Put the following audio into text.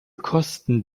kosten